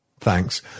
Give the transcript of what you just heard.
Thanks